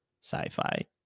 sci-fi